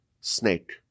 snake